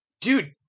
dude